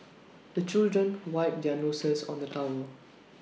the children wipe their noses on the towel